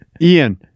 Ian